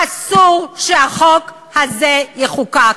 אסור שהחוק הזה יחוקק.